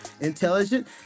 intelligent